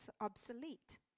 obsolete